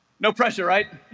no pressure right